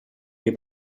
dei